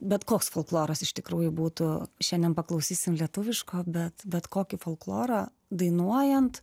bet koks folkloras iš tikrųjų būtų šiandien paklausysim lietuviško bet bet kokį folklorą dainuojant